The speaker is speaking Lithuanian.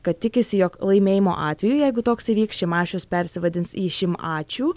kad tikisi jog laimėjimo atveju jeigu toks įvyks šimašius persivadins į šim ačiū